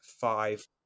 five